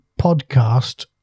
podcast